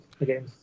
again